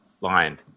lined